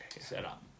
setup